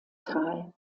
tal